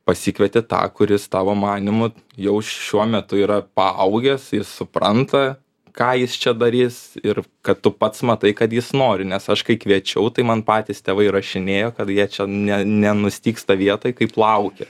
pasikvieti tą kuris tavo manymu jau šiuo metu yra paaugęs jis supranta ką jis čia darys ir kad tu pats matai kad jis nori nes aš kai kviečiau tai man patys tėvai rašinėjo kad jie čia ne nenustygsta vietoj kaip laukia